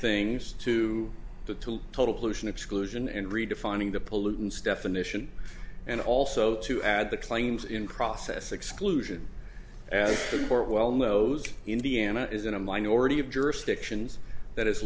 things to the to total pollution exclusion and redefining the pollutants definition and also to add the claims in process exclusion report well knows indiana is in a minority of jurisdictions that